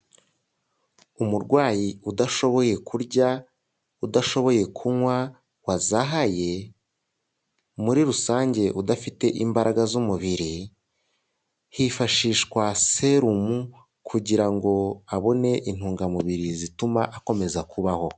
Umurwayi udashoboye kurya, udashoboye kunywa wazahaye. Muri rusange udafite imbaraga z'umubiri hifashishwa serumu kugira ngo abone intungamubiri zituma akomeza kubaho.